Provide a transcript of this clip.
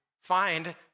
find